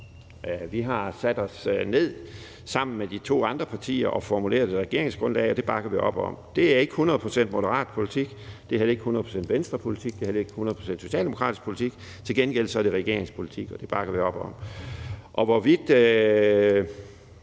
Vi har sat os ned sammen med de to andre partier og formuleret et regeringsgrundlag, og det bakker vi op om. Det er ikke hundrede procent Moderaternepolitik, det er heller ikke hundrede procent Venstrepolitik, det er heller ikke hundrede procent socialdemokratisk politik – til gengæld er det regeringens politik, og det bakker vi op om. I forhold